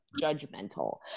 judgmental